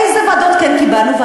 איזה ועדות כן קיבלנו?